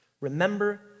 remember